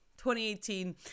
2018